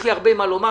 יש לי הרבה מה לומר,